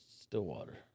Stillwater